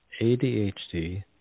ADHD